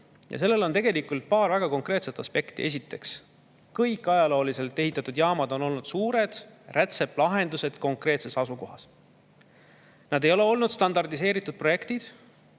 Sellel on tegelikult paar väga konkreetset aspekti. Esiteks, kõik ajalooliselt ehitatud jaamad on olnud suured rätsepalahendused konkreetses asukohas. Need ei ole olnud standardiseeritud projektid,